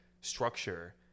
structure